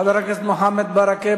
חבר הכנסת מוחמד ברכה,